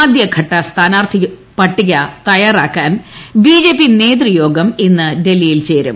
ആദ്യ ഘട്ട സ്ഥാനാർഥി പ്ട്ടിക തയ്യാറാക്കാൻ ബിജെപി നേതൃയോഗം ഇന്ന് ഡ്ൽഹിയിൽ ചേരും